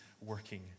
working